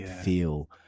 feel